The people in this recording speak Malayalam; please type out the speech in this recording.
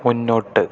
മുന്നോട്ട്